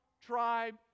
tribe